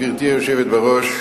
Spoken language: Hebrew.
גברתי היושבת בראש,